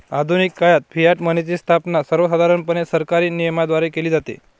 आधुनिक काळात फियाट मनीची स्थापना सर्वसाधारणपणे सरकारी नियमनाद्वारे केली जाते